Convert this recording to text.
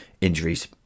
Injuries